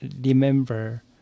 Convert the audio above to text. remember